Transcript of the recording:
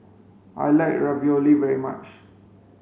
I like Ravioli very much